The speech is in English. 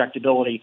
projectability